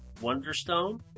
Wonderstone